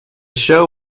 show